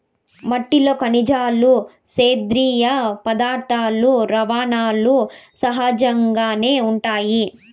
మట్టిలో ఖనిజాలు, సేంద్రీయ పదార్థాలు, లవణాలు సహజంగానే ఉంటాయి